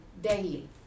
daily